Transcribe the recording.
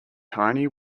tiny